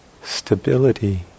stability